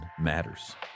matters